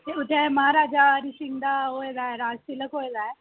आ तुस सब तूं पैह्ले साढ़ा जेह्ड़ा जिया पोता घाट ऐ उत्थै म्हाराजा हरिसिहं दा राज तिलक होए दा ऐ